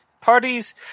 parties